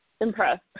impressed